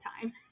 time